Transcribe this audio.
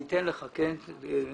אני אאפשר לך אחר כך.